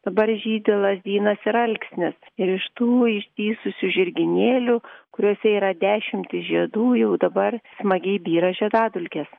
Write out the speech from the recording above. dabar žydi lazdynas ir alksnis iš tų ištįsusių žirginėlių kuriuose yra dešimys žiedų jau dabar smagiai byra žiedadulkės